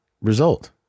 result